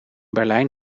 berlijn